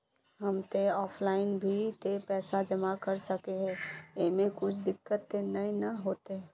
हम ते ऑफलाइन भी ते पैसा जमा कर सके है ऐमे कुछ दिक्कत ते नय न होते?